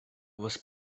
was